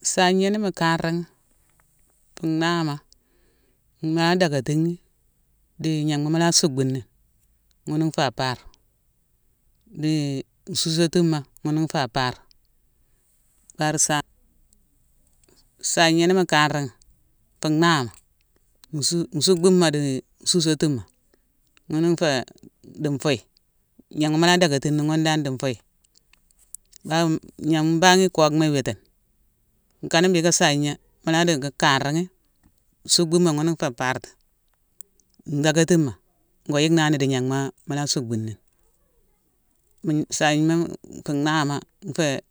Sayigna, ni mu kanraghi, fu nahama mu la dackatighi di gnama mu la suckbuni ghunu ifé apart di nsusétighi ghunu ifé apart. Bar-sa. Sayigna, ni mu kanraghi, fu nahama nsucbumma di nsusétighi ghune ifé di nfuye. Gnaghma mu la dackatini ghune di ifuye. Bao-gnan-mbangh ikockma iwitine. Nkane mbhiické sayigna mu la dingi kanraghi, suckbuni ghunu ifé apart, ndackatima ngo yicknani di gnaghma mu la suckbuni. mu-sayima fu nahama ifé-